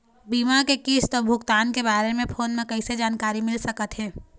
बीमा के किस्त अऊ भुगतान के बारे मे फोन म कइसे जानकारी मिल सकत हे?